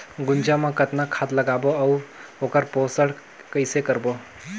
गुनजा मा कतना खाद लगाबो अउ आऊ ओकर पोषण कइसे करबो?